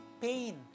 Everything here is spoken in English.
pain